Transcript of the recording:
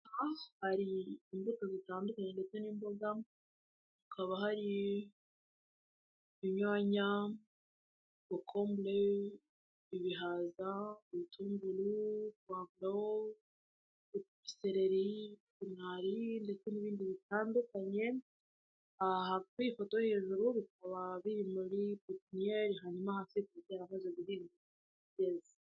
Aha hari imbuto zitandukanye ndetse n'imboga, hakaba hari inyaya, cocomble ,ibihaza ,ubutunguru, puwavuro, seleri, epinali, ndetse n'ibindi bitandukanye. Aha kuri iyi foto yo hejuru bikaba biri muri pepinyeri, hanyuma hasi bikaba byaramaze guhingwa bireze.